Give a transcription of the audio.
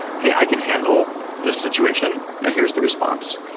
hey, i can handle this situation. now here's the response.